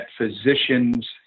physicians